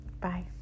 Bye